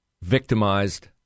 victimized